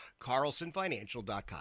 carlsonfinancial.com